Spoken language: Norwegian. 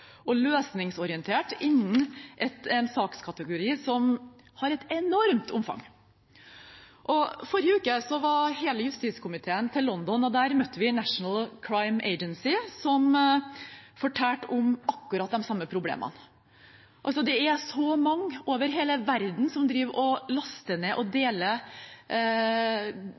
og løsningsorientert innenfor en sakskategori som har et enormt omfang. Forrige uke var hele justiskomiteen i London, og der møtte vi National Crime Agency, som fortalte om akkurat de samme problemene. Det er så mange over hele verden som driver og laster ned og